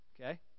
Okay